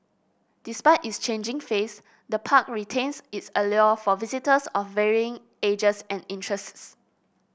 despite its changing face the park retains its allure for visitors of varying ages and interests